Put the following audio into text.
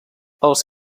els